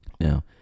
Now